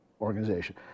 organization